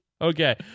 okay